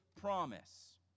promise